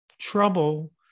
trouble